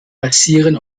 basieren